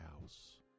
house